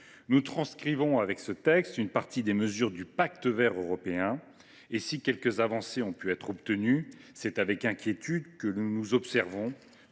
Nous transcrivons avec ce texte une partie des mesures du pacte vert européen, le. Si quelques avancées ont pu être obtenues, c’est avec inquiétude que, plus généralement,